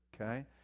Okay